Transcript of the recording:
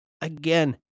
Again